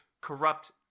corrupt